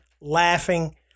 laughing